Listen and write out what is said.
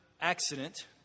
accident